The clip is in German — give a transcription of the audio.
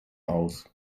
aus